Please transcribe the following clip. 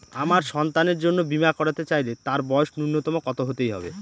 আমার সন্তানের জন্য বীমা করাতে চাইলে তার বয়স ন্যুনতম কত হতেই হবে?